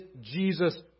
Jesus